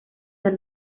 the